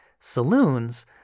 saloons